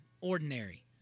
ordinary